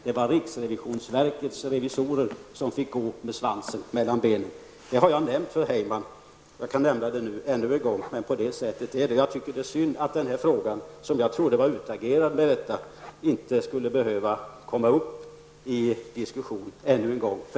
Det var riksrevisionsverkets revisorer som fick gå med svansen mellan benen. Det här har jag nämnt för Tom Heyman. Jag kan nämna det ännu en gång, för det är så som jag har sagt. Jag tycker att det är synd att den här frågan, som jag trodde var utagerad med detta, skulle behöva komma upp till diskussion ännu en gång.